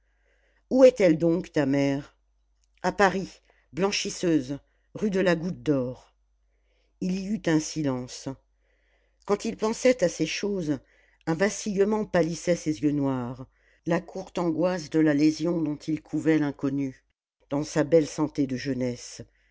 où est-elle donc ta mère a paris blanchisseuse rue de la goutte dor il y eut un silence quand il pensait à ces choses un vacillement pâlissait ses yeux noirs la courte angoisse de la lésion dont il couvait l'inconnu dans sa belle santé de jeunesse